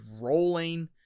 rolling